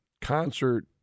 concert